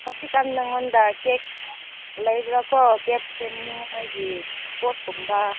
ꯍꯧꯖꯤꯛꯀꯥꯟ ꯅꯉꯣꯟꯗ ꯀꯦꯛ ꯂꯩꯕ꯭ꯔ ꯀꯦꯞ ꯁꯦꯝꯅꯤꯡꯉꯥꯏꯒꯤ ꯄꯣꯠꯀꯨꯝꯕ